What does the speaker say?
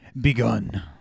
begun